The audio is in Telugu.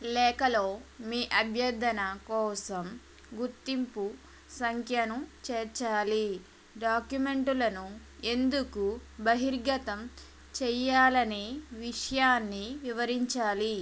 లేఖలో మీ అభ్యర్థన కోసం గుర్తింపు సంఖ్యను చేర్చాలి డాక్యుమెంట్లను ఎందుకు బహిర్గతం చేయాలని విషయాన్ని వివరించాలి